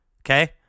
okay